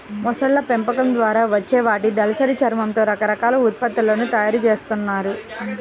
మొసళ్ళ పెంపకం ద్వారా వచ్చే వాటి దళసరి చర్మంతో రకరకాల ఉత్పత్తులను తయ్యారు జేత్తన్నారు